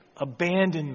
abandonment